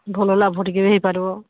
ଭଲ ଲାଭ ଟିକେ ବି ହେଇପାରିବ